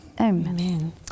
Amen